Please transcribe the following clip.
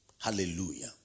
Hallelujah